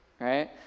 right